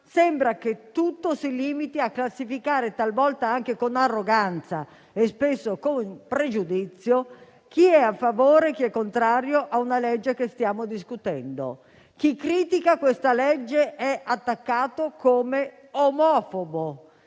sembra che tutto si limiti a classificare, talvolta anche con arroganza e spesso con pregiudizio, chi è a favore e chi è contrario al disegno di legge che stiamo discutendo. Chi critica il disegno di legge al nostro esame è attaccato come omofobo,